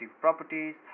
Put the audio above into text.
properties